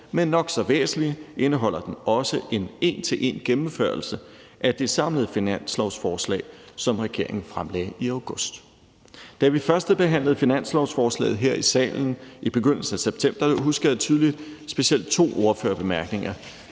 men nok så væsentligt indeholder den også en en til en-gennemførelse af det samlede finanslovsforslag, som regeringen fremlagde i august. Da vi førstebehandlede finanslovsforslaget her i salen i begyndelsen af september, husker jeg tydeligt specielt to ordførerbemærkninger.